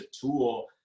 tool